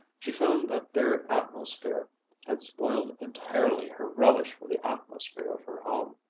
she found that their atmosphere had spoiled entirely her relish for the atmosphere of her home.